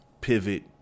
pivot